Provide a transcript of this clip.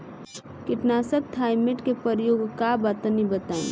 कीटनाशक थाइमेट के प्रयोग का बा तनि बताई?